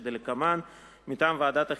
כדלקמן: מטעם ועדת החינוך,